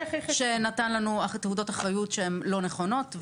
שנתנו לנו תעודות אחריות שהן לא נכונות,